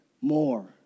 more